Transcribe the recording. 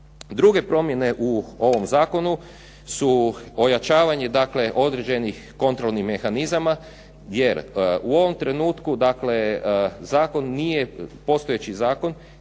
Druge promjene u ovom zakonu su ojačavanje dakle određenih kontrolnih mehanizama, jer u ovom trenutku zakon